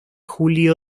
julio